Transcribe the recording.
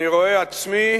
אני רואה עצמי